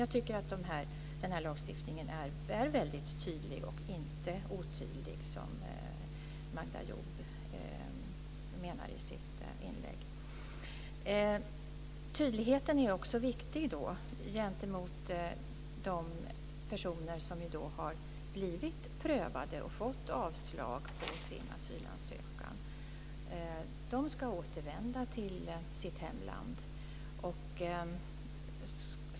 Jag tycker att den här lagstiftningen är väldigt tydlig och inte otydlig som Magda Ayoub menar i sitt inlägg. Tydligheten är också viktig gentemot de personer som har blivit prövade och fått avslag på sin asylansökan. De ska återvända till sina hemländer.